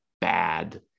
bad